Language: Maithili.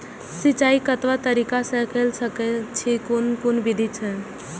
सिंचाई कतवा तरीका स के कैल सकैत छी कून कून विधि अछि?